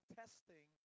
testing